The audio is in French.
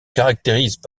caractérisent